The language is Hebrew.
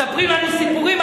מספרים לנו סיפורים,